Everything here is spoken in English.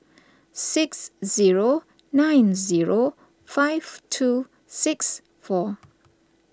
six zero nine zero five two six four